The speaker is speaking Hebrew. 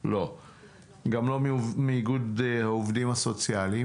הן כל מי שעושה בכל גוף בתחומו הוא והן מי שעוסק ברמה המערכתית יותר,